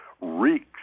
reeks